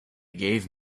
gave